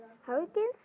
Hurricanes